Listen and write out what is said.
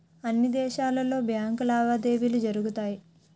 అన్ని దేశాలలో బ్యాంకు లావాదేవీలు జరుగుతాయి